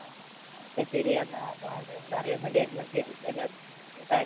ആ ഓക്കെ ശരി എന്നാൽ അതൊന്ന് അറിയാൻ വേണ്ടി ആയിരുന്നു ശരി എല്ലാവർക്കും താങ്ക്സ്